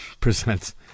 presents